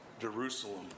Jerusalem